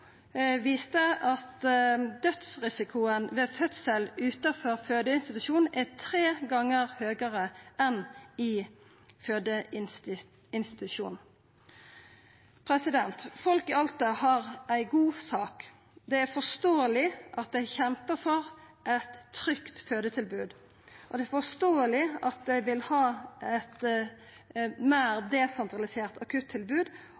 viste at dødsrisikoen ved fødsel utanfor fødeinstitusjon er tre gonger høgare enn i fødeinstitusjon. Folk i Alta har ei god sak. Det er forståeleg at dei kjempar for eit trygt fødetilbod. Det er forståeleg at dei vil ha eit meir desentralisert akuttilbod